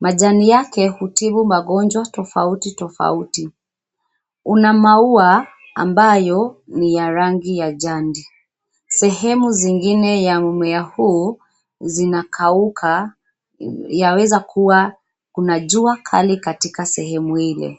Majani yake hutibu magonjwa tofauti tofauti. Una maua ambayo ni ya rangi ya jandi, sehemu zingine ya mmea huu zinakauka yaweza kua kuna jua katika sehemu Ile.